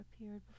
appeared